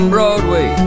Broadway